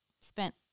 spent